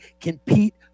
compete